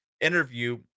interview